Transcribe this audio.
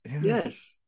Yes